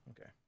Okay